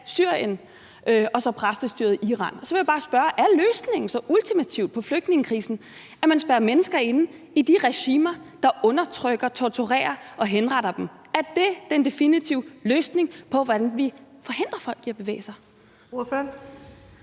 Syrien og præstestyrets Iran. Så vil jeg bare spørge: Er løsningen på flygtningekrisen så ultimativt, at man spærrer mennesker inde i de regimer, der undertrykker, torturerer og henretter dem? Er det den definitive løsning på, hvordan vi forhindrer folk i at bevæge sig?